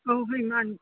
ꯑꯧ ꯍꯣꯏ ꯃꯥꯅꯤ